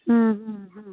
ਹਮ ਹਮ